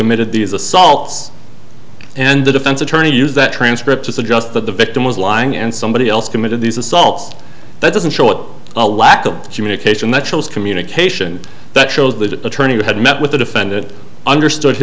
committed these assaults and the defense attorney used that transcript to suggest that the victim was lying and somebody else committed these assaults that doesn't show a lack of communication that shows communication that shows the attorney who had met with the defendant understood